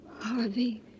Harvey